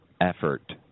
effort